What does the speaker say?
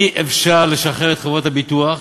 אי-אפשר לשחרר את חברות הביטוח